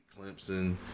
clemson